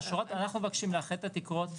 אנחנו מבקשים לאחד את התקרות,